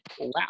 Wow